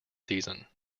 season